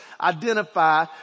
identify